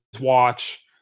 watch